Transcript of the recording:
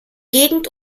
gegend